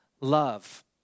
love